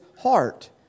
heart